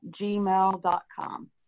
gmail.com